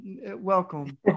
welcome